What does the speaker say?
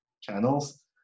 channels